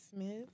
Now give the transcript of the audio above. Smith